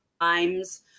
times